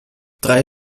drei